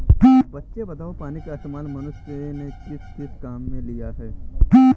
बच्चे बताओ पानी का इस्तेमाल मनुष्य ने किस किस काम के लिए किया?